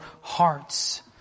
hearts